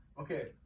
Okay